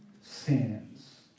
sins